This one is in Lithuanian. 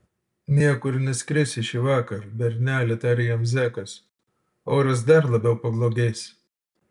niekur neskrisi šįvakar berneli tarė jam zekas oras dar labiau pablogės